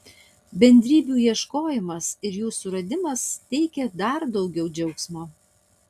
bendrybių ieškojimas ir jų suradimas teikia dar daugiau džiaugsmo